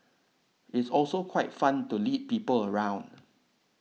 it's also quite fun to lead people around